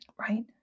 Right